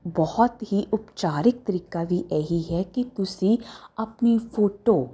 ਬਹੁਤ ਹੀ ਉਪਚਾਰਿਕ ਤਰੀਕਾ ਵੀ ਇਹ ਹੀ ਹੈ ਕਿ ਤੁਸੀਂ ਆਪਣੀ ਫੋਟੋ